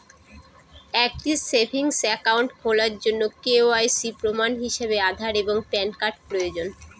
একটি savings account খোলার জন্য কে.ওয়াই.সি প্রমাণ হিসাবে আধার এবং প্যান কার্ড প্রয়োজন